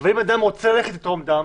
אבל אם אדם רוצה ללכת לתרום דם.